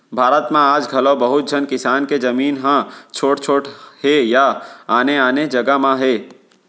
भारत म आज घलौ बहुत झन किसान के जमीन ह छोट छोट हे या आने आने जघा म हे